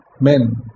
men